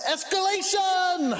Escalation